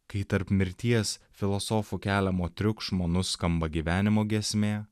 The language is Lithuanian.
kai tarp mirties filosofų keliamo triukšmo nuskamba gyvenimo giesmė